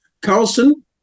Carlson